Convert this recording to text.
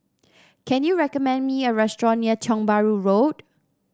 can you recommend me a restaurant near Tiong Bahru Road